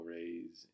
Rays